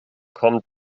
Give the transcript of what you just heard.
kommt